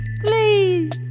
please